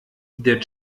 der